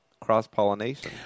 cross-pollination